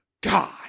God